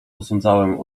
posądzałem